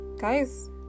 guys